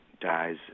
dies